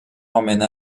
emmène